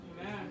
Amen